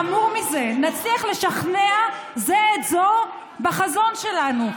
חמור מזה: נצליח לשכנע זה את זה בחזון שלנו,